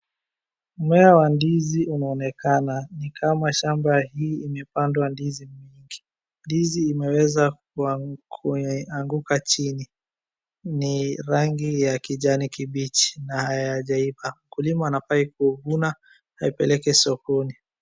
Mmea wa ndizi unaonekana ni kama shamba hii imepandwa ndizi nyingi. Ndizi imeweza kuanguka chini ni rangi ya kijani kibichi na hayajaivaa. Mkulima anafaa kuvuna aipeleke sokoni.